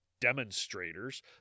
demonstrators